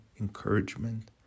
encouragement